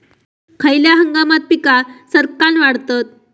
खयल्या हंगामात पीका सरक्कान वाढतत?